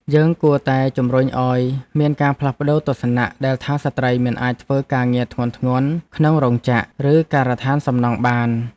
យើងគួរតែជំរុញឱ្យមានការផ្លាស់ប្តូរទស្សនៈដែលថាស្ត្រីមិនអាចធ្វើការងារធ្ងន់ៗក្នុងរោងចក្រ ឬការដ្ឋានសំណង់បាន។